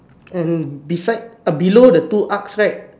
and beside uh below the two arcs right